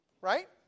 Right